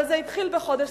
אבל זה התחיל בחודש